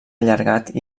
allargat